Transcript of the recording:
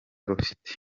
rufite